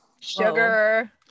Sugar